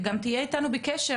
גם תהיה אתנו בקשר,